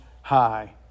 high